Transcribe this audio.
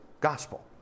gospel